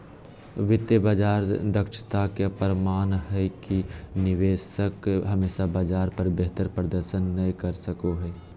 वित्तीय बाजार दक्षता के प्रमाण हय कि निवेशक हमेशा बाजार पर बेहतर प्रदर्शन नय कर सको हय